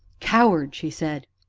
coward! she said,